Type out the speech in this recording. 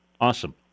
Awesome